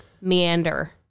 meander